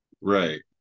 Right